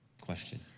Question